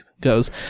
goes